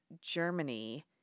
Germany